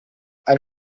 ein